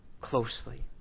closely